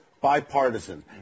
bipartisan